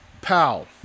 pal